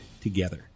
together